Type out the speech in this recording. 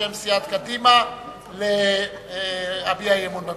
בשם סיעת קדימה להביע אי-אמון בממשלה.